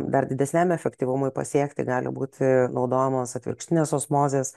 dar didesniam efektyvumui pasiekti gali būti naudojamos atvirkštinės osmozės